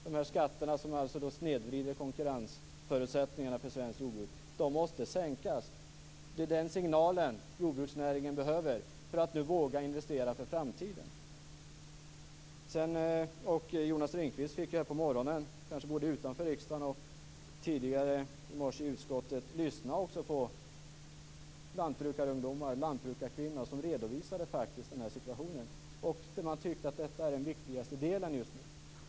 De skatter som snedvrider konkurrensen för svenskt jordbruk måste sänkas. Det är den signalen som jordbruksnäringen behöver för att våga investera för framtiden. Jonas Ringqvist fick här på morgonen - kanske både utanför huset och i utskottet - lyssna på lantbrukarungdomar och lantbrukarkvinnor som redogjorde för sin situation. De tyckte att detta är det viktigaste just nu.